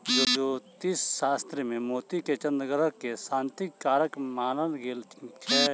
ज्योतिष शास्त्र मे मोती के चन्द्र ग्रह के शांतिक कारक मानल गेल छै